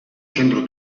centro